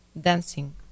dancing